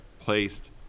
placed